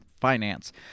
finance